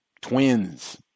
twins